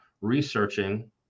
researching